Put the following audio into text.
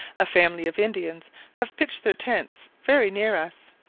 a family of indians have pitched their tents very near us.